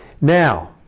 Now